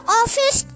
office